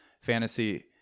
fantasy